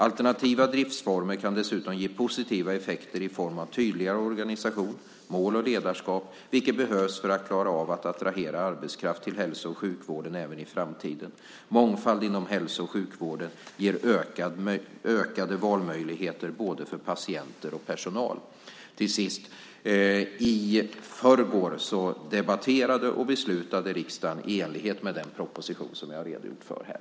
Alternativa driftsformer kan dessutom ge positiva effekter i form av tydligare organisation, mål och ledarskap, vilket behövs för att klara av att attrahera arbetskraft till hälso och sjukvården även i framtiden. Mångfald inom hälso och sjukvården ger ökade valmöjligheter för både patienter och personal. I förrgår debatterade och beslutade riksdagen i enlighet med den proposition som jag har redogjort för här.